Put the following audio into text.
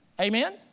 Amen